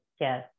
Yes